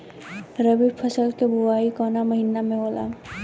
रबी फसल क बुवाई कवना महीना में होला?